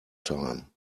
time